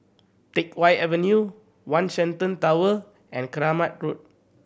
Teck Whye Avenue One Shenton Tower and Keramat Road